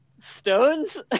Stones